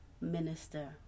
Minister